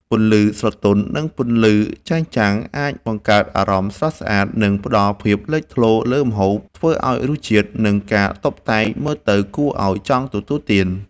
ពន្លឺស្រទន់ និងពន្លឺចែងចាំងអាចបង្កើតអារម្មណ៍ស្រស់ស្អាត និងផ្តល់ភាពលេចធ្លោលើម្ហូប ធ្វើឲ្យរសជាតិ និងការតុបតែងមើលទៅគួរឲ្យចង់ទទួលទាន។